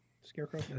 Scarecrow